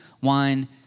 wine